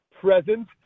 present